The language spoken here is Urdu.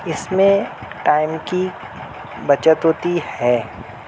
اس میں ٹائم کی بچت ہوتی ہے